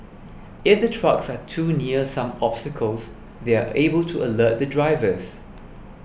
if the trucks are too near some obstacles they are able to alert the drivers